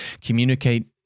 communicate